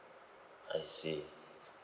I see